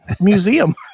museum